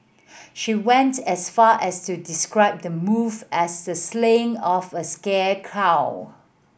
she went as far as to describe the move as the slaying of a sacred cow